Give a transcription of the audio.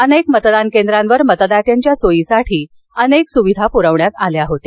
अनेक मतदान केंद्रांवर मतदात्यांच्या सोयीसाठी अनेक सुविधा प्रविण्यात आल्या होत्या